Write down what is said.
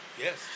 Yes